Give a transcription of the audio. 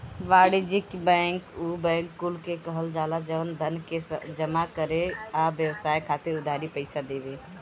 वाणिज्यिक बैंक उ बैंक कुल के कहल जाला जवन धन के जमा करे आ व्यवसाय खातिर उधारी पईसा देवे